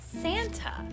Santa